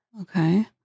Okay